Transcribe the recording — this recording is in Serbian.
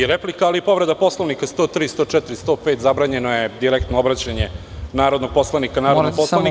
I replika, ali i povreda Poslovnika 103, 104, 105, zabranjeno je direktno obraćanje narodnog poslanika narodnom poslaniku.